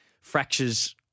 fractures